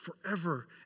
forever